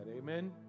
Amen